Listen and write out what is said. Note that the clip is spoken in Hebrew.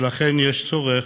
ולכן יש צורך